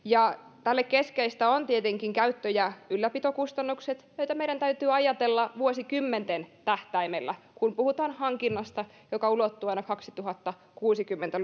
tässä keskeistä ovat tietenkin käyttö ja ylläpitokustannukset joita meidän täytyy ajatella vuosikymmenten tähtäimellä kun puhutaan hankinnasta joka ulottuu aina kaksituhattakuusikymmentä